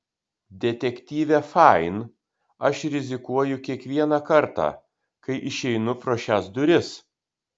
detektyve fain aš rizikuoju kiekvieną kartą kai išeinu pro šias duris